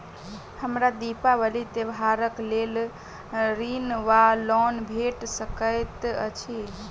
हमरा दिपावली त्योहारक लेल ऋण वा लोन भेट सकैत अछि?